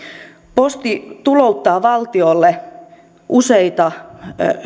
posti tulouttaa valtiolle useita